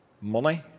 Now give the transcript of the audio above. money